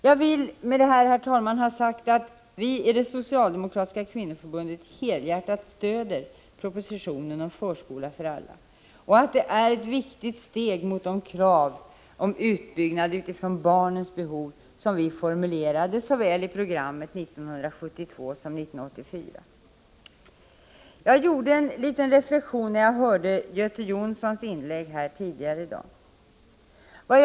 Jag vill med detta ha sagt att vi i det socialdemokratiska kvinnoförbundet helhjärtat stöder propositionen om förskola för alla och att den är ett viktigt steg mot de krav på utbyggnad utifrån barnens behov som vi fomulerade såväl i programmet 1972 som i programmet 1984. Jag gjorde en reflexion när jag hörde Göte Jonssons inlägg tidigare här i dag.